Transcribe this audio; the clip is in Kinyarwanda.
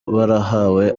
barahawe